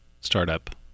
startup